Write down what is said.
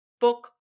book